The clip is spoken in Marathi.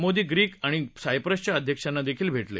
मोदी ग्रीक आणि सायप्रसच्या अध्यक्षांना देखील भेटले